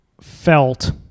felt